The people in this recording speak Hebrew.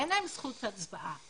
אין להם זכות הצבעה,